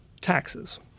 taxes